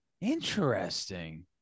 Interesting